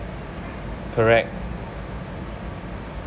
correct